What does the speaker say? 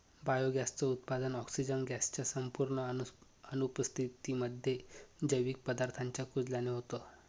biogas च उत्पादन, oxygen gas च्या संपूर्ण अनुपस्थितीमध्ये, जैविक पदार्थांच्या कुजल्याने होतं